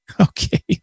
Okay